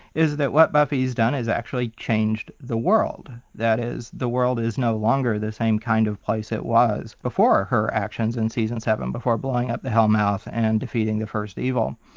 is that what buffy has done is actually changed the world. that is, the world is no longer the same kind of place it was before her actions in season seven, before blowing up the hellmouth and defeating the first evil.